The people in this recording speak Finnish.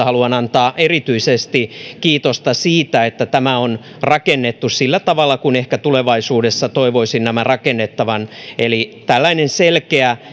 haluan antaa erityisesti kiitosta siitä että tämä on rakennettu sillä tavalla kuin ehkä tulevaisuudessa toivoisin nämä rakennettavan eli tämä on tällainen selkeä